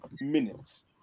minutes